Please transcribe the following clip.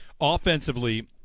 Offensively